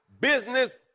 business